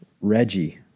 Reggie